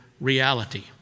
reality